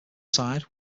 side